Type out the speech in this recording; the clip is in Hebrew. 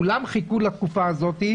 כולם חיכו לתקופה הזאת.